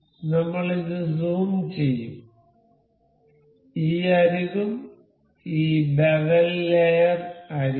നമ്മൾ ഇത് സൂം ചെയ്യും ഈ അരികും ഈ ബെവൽ ലെയർ അരികും